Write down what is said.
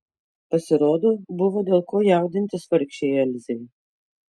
pasirodo buvo dėl ko jaudintis vargšei elzei